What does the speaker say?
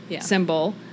symbol